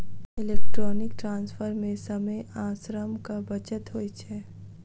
electronic transfer मे समय आ श्रमक बचत होइत छै